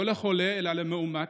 לא לחולה אלא למאומת,